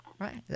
Right